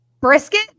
brisket